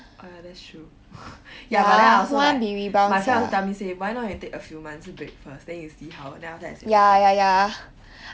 uh that's true ya but then I also like my friend also tell me say why not you take a few months break first then you see how then after that I say